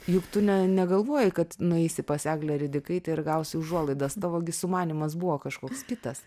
juk tu ne negalvojai kad nueisi pas eglę ridikaitę ir gausi užuolaidas tavo gi sumanymas buvo kažkoks kitas